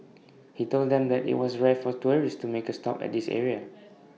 he told them that IT was rare for tourists to make A stop at this area